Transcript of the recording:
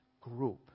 group